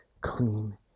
clean